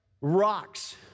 rocks